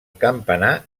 campanar